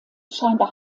scheinbar